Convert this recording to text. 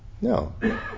No